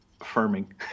affirming